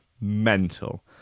Mental